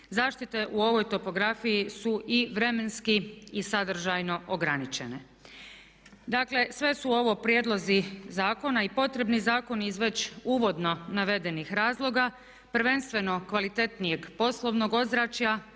Zaštite u ovoj topografiji su i vremenski i sadržajno ograničene. Dakle sve su ovo prijedlozi zakona i potrebni zakoni iz veći uvodno navedenih razloga, prvenstveno kvalitetnijeg poslovnog ozračja,